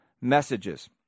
messages